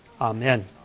Amen